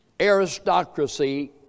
aristocracy